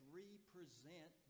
represent